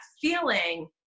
feeling